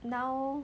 now